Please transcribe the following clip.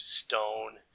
stone